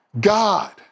God